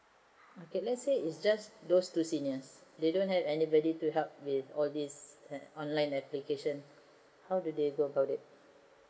okay let's say is just those two seniors they don't have anybody to help with all these online application how do they go about it